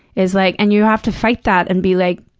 is like and you have to fight that and be like,